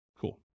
Cool